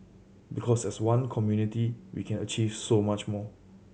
because as one community we can achieve so much more